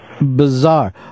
bizarre